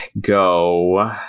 go